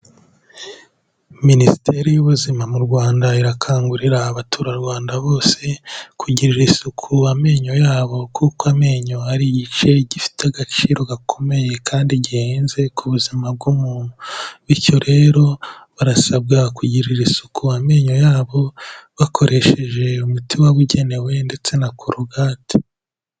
Minisiteri y'ubuzima mu Rwanda irakangurira abaturarwanda bose kugirira isuku amenyo yabo kuko amenyo ari igice gifite agaciro gakomeye kandi gihenze ku buzima bw'umuntu, bityo rero barasabwa kugirira isuku amenyo yabo bakoresheje umuti wabugenewe ndetse na korogate.